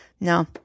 No